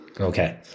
Okay